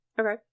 Okay